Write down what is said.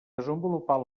desenvolupar